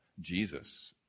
Jesus